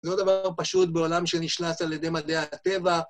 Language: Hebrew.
זה עוד דבר פשוט בעולם שנשלט על ידי מדעי הטבע.